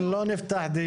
כן, כן, לא נפתח דיון.